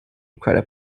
credit